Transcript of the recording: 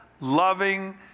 loving